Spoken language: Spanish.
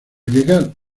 llegar